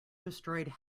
destroyed